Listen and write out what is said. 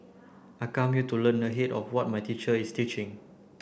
I come here to learn ahead of what my teacher is teaching